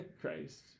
Christ